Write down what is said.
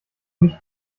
nicht